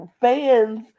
fans